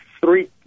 three